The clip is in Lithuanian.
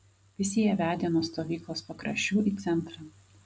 visi jie vedė nuo stovyklos pakraščių į centrą